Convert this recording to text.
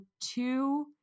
two